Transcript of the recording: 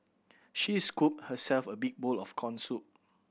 she scooped herself a big bowl of corn soup